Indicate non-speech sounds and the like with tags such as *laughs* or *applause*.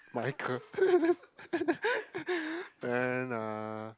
Michael *laughs* then uh